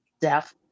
deaf